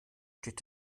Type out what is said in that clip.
steht